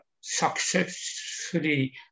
successfully